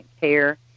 care